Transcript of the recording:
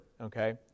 okay